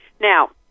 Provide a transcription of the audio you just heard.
Now